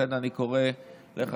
אני רוצה לספר לכם,